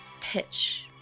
pitch